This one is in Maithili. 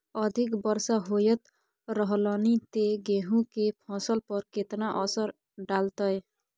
अधिक वर्षा होयत रहलनि ते गेहूँ के फसल पर केतना असर डालतै?